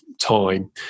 time